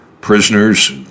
prisoners